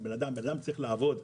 בן אדם צריך לעבוד.